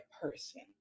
person